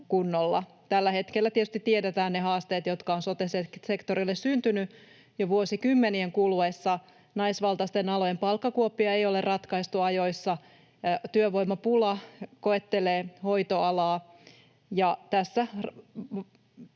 kunnolla. Tällä hetkellä tietysti tiedetään ne haasteet, jotka ovat sote-sektorille syntyneet jo vuosikymmenien kuluessa: naisvaltaisten alojen palkkakuoppia ei ole ratkaistu ajoissa, työvoimapula koettelee hoitoalaa. Ja